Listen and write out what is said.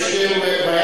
אין על זה ויכוח.